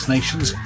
Nations